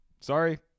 Sorry